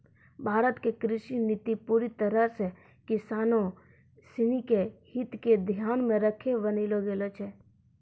भारत के कृषि नीति पूरी तरह सॅ किसानों सिनि के हित क ध्यान मॅ रखी क बनैलो गेलो छै